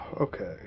okay